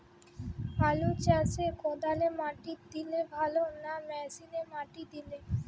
আলু চাষে কদালে মাটি দিলে ভালো না মেশিনে মাটি দিলে?